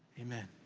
amen.